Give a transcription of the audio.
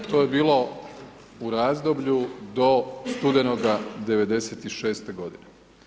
To je bilo u razdoblju do studenoga 1996. godine.